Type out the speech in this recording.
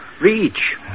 Reach